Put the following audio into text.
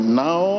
now